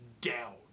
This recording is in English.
down